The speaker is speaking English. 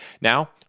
Now